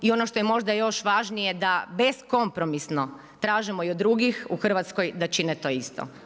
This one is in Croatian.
I ono što je možda još važnije da beskompromisno, tražimo i od drugih u Hrvatskoj da čine to isto.